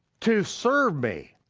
to serve me,